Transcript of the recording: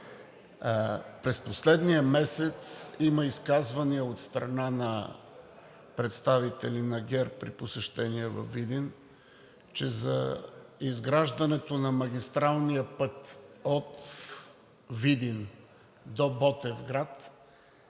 През последния месец има изказвания от страна на представители на ГЕРБ при посещение във Видин, че за изграждането на магистралния път от Видин до Ботевград